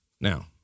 Now